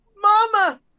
Mama